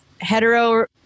hetero